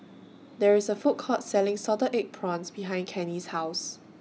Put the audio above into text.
There IS A Food Court Selling Salted Egg Prawns behind Cannie's House